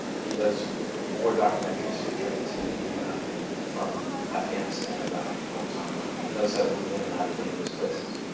he does war documentaries for german tv from afghanistan, iraq, and guantanamo. he knows how to move in and out of dangerous places.